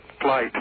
flight